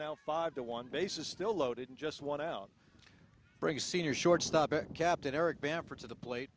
now five to one basis still loaded and just want out bring senior shortstop captain eric bamford to the plate